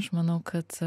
aš manau kad